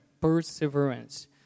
perseverance